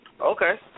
Okay